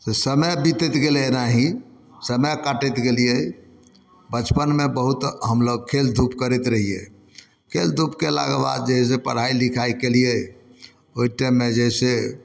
समय बितैत गेलै एनाही समय काटैत गेलियै बचपनमे बहुत हमलोग खेल धुप करैत रहियै खेल धुप केलाके बाद जे है से पढ़ाइ लिखाइ केलियै ओहि टाइममे जे है से